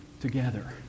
together